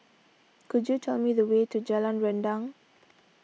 could you tell me the way to Jalan Rendang